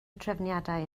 trefniadau